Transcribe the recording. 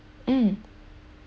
mm